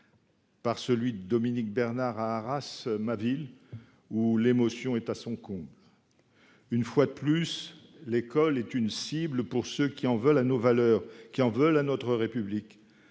par le meurtre de Dominique Bernard à Arras, ma ville, où l’émotion est à son comble. Une fois de plus, l’école est une cible pour ceux qui en veulent à nos valeurs, qui en veulent à notre République.